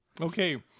Okay